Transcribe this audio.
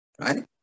right